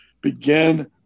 begin